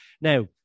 Now